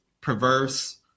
perverse